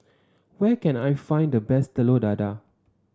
where can I find the best Telur Dadah